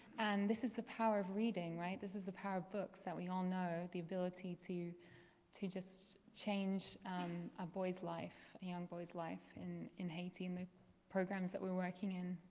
and this is the power of reading, right. this is the power of books that we all know the ability to to just change a boy's life, a young boy's life in in haiti in the programs that we're working in.